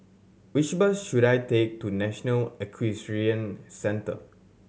which bus should I take to National Equestrian Centre